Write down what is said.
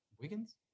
Wiggins